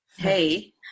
Hey